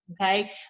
Okay